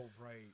right